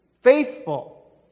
Faithful